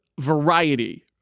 variety